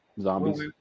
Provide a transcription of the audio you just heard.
Zombies